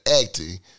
acting